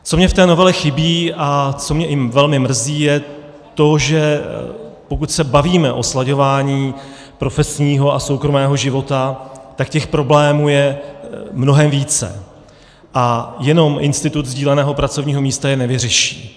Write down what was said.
Co mně v té novele chybí a co mě i velmi mrzí, je to, že pokud se bavíme o slaďování profesního a soukromého života, tak těch problémů je mnohem více a jenom institut sdíleného pracovního místa je nevyřeší.